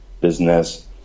business